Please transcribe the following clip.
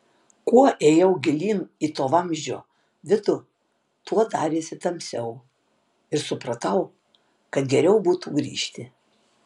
kuo ėjau gilyn į to vamzdžio vidų tuo darėsi tamsiau ir supratau kad geriau būtų grįžti